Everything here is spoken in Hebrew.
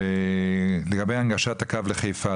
לגבי הנגשת הקו לחיפה,